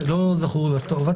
זה לא זכור לטוב.